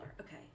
okay